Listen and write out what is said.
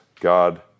God